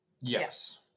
yes